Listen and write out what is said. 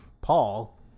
Paul